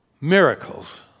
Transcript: miracles